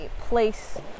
place